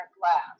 glass